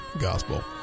gospel